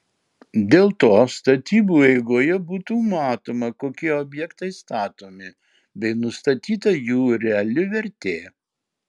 dėl to statybų eigoje būtų matoma kokie objektai statomi bei nustatyta jų reali vertė